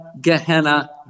Gehenna